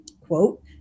quote